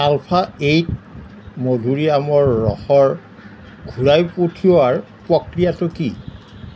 ULFA eight মধুৰীআমৰ ৰসৰ ঘূৰাই পঠিওৱাৰ প্ৰক্ৰিয়াটো কি